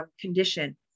condition